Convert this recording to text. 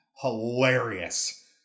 hilarious